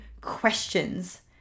questions